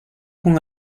con